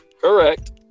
Correct